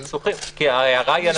נראה לי --- עזוב אותי מהניסוחים,